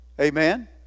Amen